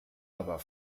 aber